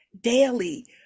daily